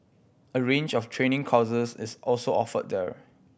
a range of training courses is also offered there